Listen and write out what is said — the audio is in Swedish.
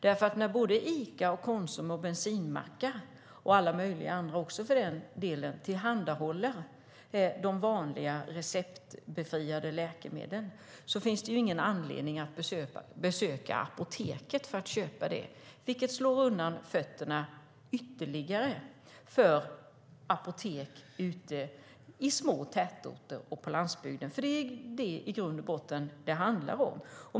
När såväl Ica och Konsum som bensinmackar, och alla möjliga andra för den delen, tillhandahåller de vanliga receptfria läkemedlen finns det ingen anledning att besöka apoteket. Det slår undan fötterna för apoteken i de små tätorterna och på landsbygden. Det är det som det i grund och botten handlar om.